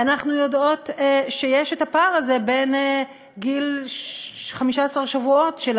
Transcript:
אנחנו יודעות שיש את הפער הזה בין גיל 15 שבועות של